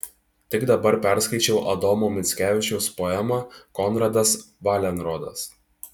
tik dabar perskaičiau adomo mickevičiaus poemą konradas valenrodas